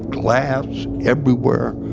glass everywhere,